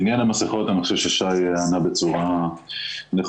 לעניין המסיכות אני חושב ששי ענה בצורה נכונה.